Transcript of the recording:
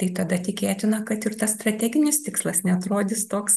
tai tada tikėtina kad ir tas strateginis tikslas neatrodys toks